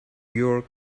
your